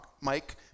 Mike